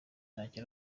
ntacyo